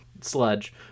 sludge